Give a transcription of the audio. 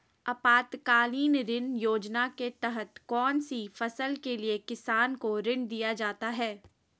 आपातकालीन ऋण योजना के तहत कौन सी फसल के लिए किसान को ऋण दीया जाता है?